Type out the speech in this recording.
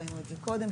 ראינו את זה קודם,